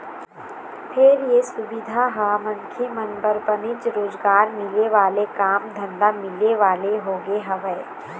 फेर ये सुबिधा ह मनखे मन बर बनेच रोजगार मिले वाले काम धंधा मिले वाले होगे हवय